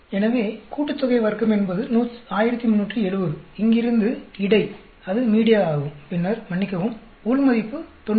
எனவே கூட்டுத்தொகை வர்க்கம் என்பது 1370 இங்கிருந்து இடை அது மீடியா ஆகும் பின்னர் மன்னிக்கவும் உள் மதிப்பு 90